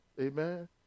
Amen